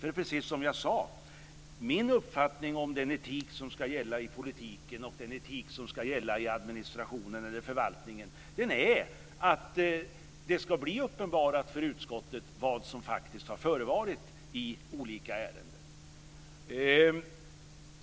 Precis som jag tidigare sagt är min uppfattning om den etik som ska gälla i politiken, i administrationen eller i förvaltningen att det ska bli uppenbarat för utskottet vad som faktiskt förevarit i olika ärenden.